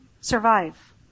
survive